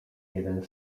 jeden